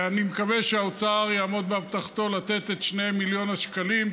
אני מקווה שהאוצר יעמוד בהבטחתו לתת את 2 מיליון השקלים,